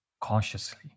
consciously